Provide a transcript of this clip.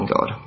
God